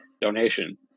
donation